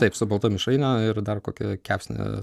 taip su balta mišraine ir dar kokiu kepsniu